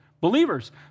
believers